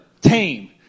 tame